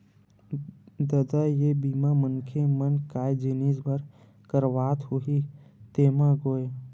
ददा ये बीमा मनखे मन काय जिनिय बर करवात होही तेमा गोय?